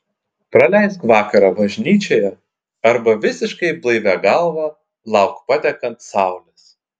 praleisk vakarą bažnyčioje arba visiškai blaivia galva lauk patekant saulės